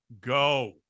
go